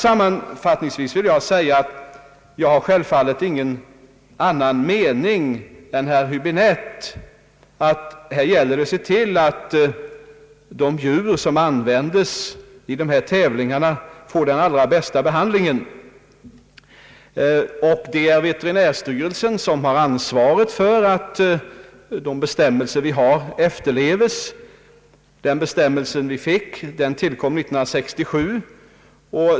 Sammanfattningsvis vill jag säga att jag självfallet inte har annan mening än herr Höbinette. Det gäller att se till att de djur som används i tävlingarna får den allra bästa behandling. Veterinärstyrelsen har, som sagt, ansvaret för att de bestämmelser som tillkom 1967 efterlevs.